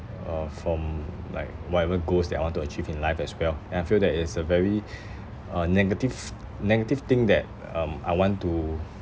uh from like whatever goals that I want to achieve in life as well and I feel that is a very uh negative negative thing that um I want to